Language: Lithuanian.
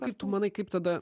kaip tu manai kaip tada